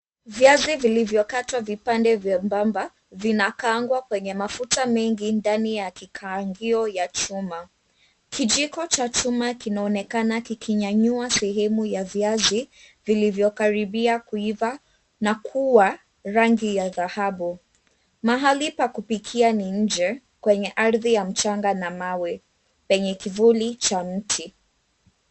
Viazi vilivyokatwa vipande viembamba, vinakaangwa kwenye mafuta mengi ndani ya kikaangio ya chuma. Kijiko cha chuma kinaonekana kikinyanyua sehemu ya viazi vilivyo karibia kuiva na kuwa rangi ya dhahabu. Mahali pa kupikia ni nje kwenye ardhi ya mchanga na mawe, penye kivuli cha mti.